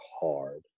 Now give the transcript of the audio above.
hard